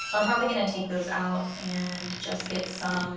i'm probably gonna take those out and just get some